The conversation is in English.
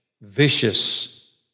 vicious